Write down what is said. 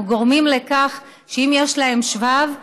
אנחנו גורמים לכך שאם יש להם שבב,